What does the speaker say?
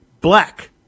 black